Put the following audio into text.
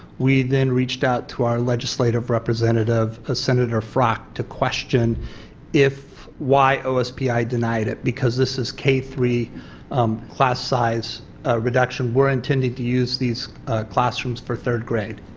we then reached out to our legislative representative, ah sen. frock to question if, why ospi denied it because this is k three class size reduction. we were intending to use these classrooms for third grade.